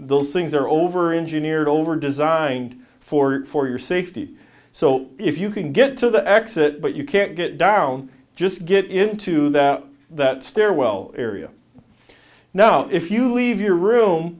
those things are over engineered over designed for for your safety so if you can get to the exit but you can't get down just get into that that stairwell area now if you leave your room